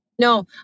no